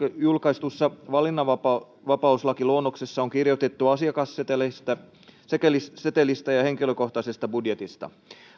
julkaistussa valinnanvapauslakiluonnoksessa on kirjoitettu asiakassetelistä ja henkilökohtaisesta budjetista